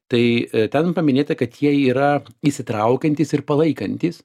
tai ten paminėta kad jie yra įsitraukiantys ir palaikantys